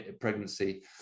pregnancy